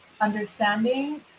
understanding